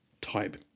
type